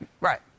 Right